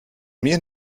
mir